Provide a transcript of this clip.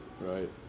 right